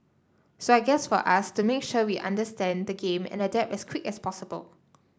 so I guess for us to make sure we understand the game and adapt as quick as possible